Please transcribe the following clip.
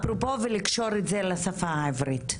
ואפרופו, לקשור את זה לשפה העברית.